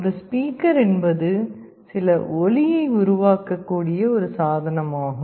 ஒரு ஸ்பீக்கர் என்பது சில ஒலியை உருவாக்க கூடிய ஒரு சாதனம் ஆகும்